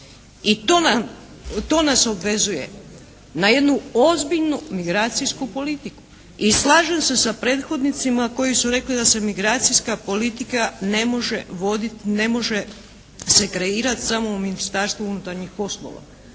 I to nas obvezuje na jednu ozbiljnu migracijsku politiku i slažem se sa prethodnicima koji su rekli da se migracijska politika ne može voditi, ne može se kreirati samo u Ministarstvu unutarnjih poslova.